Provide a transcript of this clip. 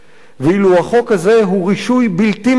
ואילו החוק הזה הוא רישוי בלתי מוגבל